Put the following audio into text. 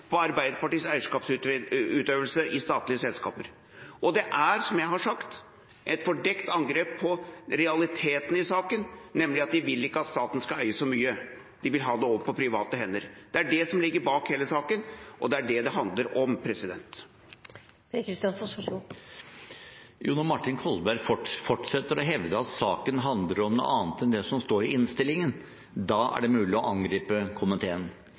på Arbeiderpartiets eierskapsutøvelse i statlige selskaper. Det er, som jeg har sagt, et fordekt angrep på realiteten i saken, nemlig at de vil ikke at staten skal eie så mye. De vil ha det over på private hender. Det er det som ligger bak hele saken, og det er det det handler om. Når Martin Kolberg fortsetter å hevde at saken handler om noe annet enn det som står i innstillingen, da er det mulig å angripe komiteen.